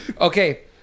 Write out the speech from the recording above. Okay